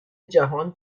جهان